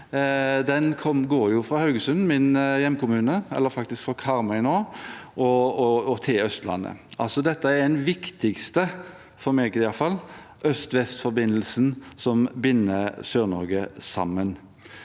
Den går fra Haugesund, min hjemkommune, eller faktisk fra Karmøy og til Østlandet. Altså: Dette er den viktigste – for meg iallfall – øst–vest-forbindelsen som binder Sør-Norge sammen.